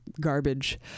garbage